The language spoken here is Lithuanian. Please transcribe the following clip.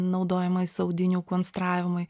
naudojamais audinių konstravimui